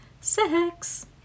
sex